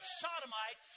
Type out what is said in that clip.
sodomite